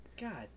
God